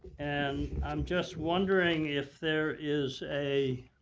and i'm just wondering if there is a